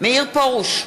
מאיר פרוש,